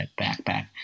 backpack